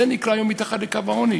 זה נקרא היום מתחת לקו העוני,